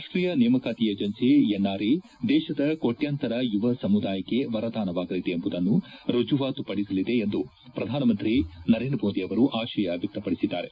ರಾಷ್ಟೀಯ ನೇಮಕಾತಿ agency NRA ದೇಶದ ಕೋಟ್ಕಾಂತರ ಯುವಸಮುದಾಯಕ್ಕೆ ವರದಾನವಾಗಲಿದೆ ಎಂಬುದನ್ನು ರುಜುವಾತುಪಡಿಸಲಿದೆ ಎಂದು ಪ್ರಧಾನಮಂತ್ರಿ ನರೇಂದ್ರ ಮೋದಿ ಅವರು ಆಶಯ ವ್ಯಕ್ತಪಡಿಸಿದ್ದಾರೆ